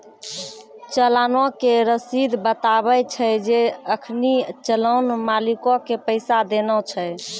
चलानो के रशीद बताबै छै जे अखनि चलान मालिको के पैसा देना छै